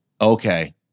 Okay